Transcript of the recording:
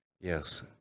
Yes